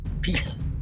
Peace